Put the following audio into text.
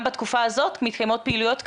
גם בתקופה הזאת מתקיימות פעילויות כאלה?